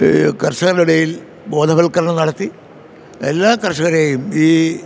ഈ കർഷകരുടെയിടയിൽ ബോധവൽക്കരണം നടത്തി എല്ലാ കർഷകരെയും ഈ